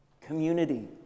community